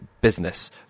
business